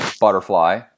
butterfly